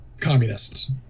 communists